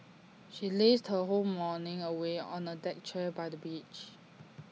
she lazed her whole morning away on A deck chair by the beach